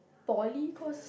poly course